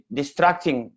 distracting